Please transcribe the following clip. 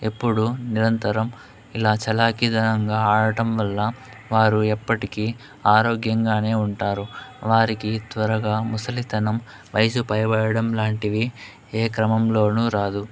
ఎప్పుడు నిరంతరం ఇలా చలాకీదనంగా ఆడటం వల్ల వారు ఎప్పటికీ ఆరోగ్యంగానే ఉంటారు వారికి త్వరగా ముసలితనం వయసుపైబడడం లాంటివి ఏ క్రమంలోనూ రాదు